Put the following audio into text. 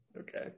okay